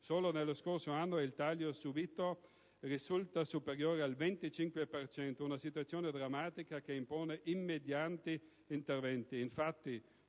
solo lo scorso anno il taglio subito risulta superiore al 25 per cento, una situazione drammatica che impone immediati interventi.